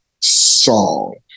song